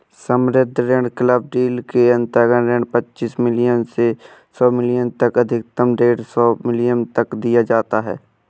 सम्बद्ध ऋण club deal के अंतर्गत ऋण पच्चीस मिलियन से सौ मिलियन तक अधिकतम डेढ़ सौ मिलियन तक दिया जाता है